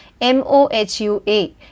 MOHUA